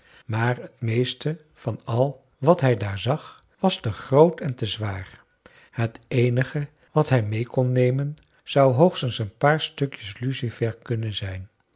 maar het meeste van al wat hij daar zag was te groot en te zwaar het eenige wat hij meê kon nemen zou hoogstens een paar stukjes lucifer kunnen zijn